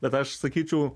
bet aš sakyčiau